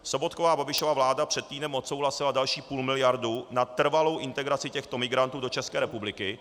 Sobotkova a Babišova vláda před týdnem odsouhlasila další půlmiliardu na trvalou integraci těchto migrantů do České republiky.